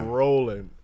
rolling